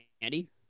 Andy